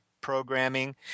Programming